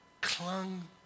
clung